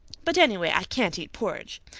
but anyway, i can't eat porridge.